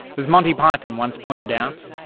as monty python once pointed out,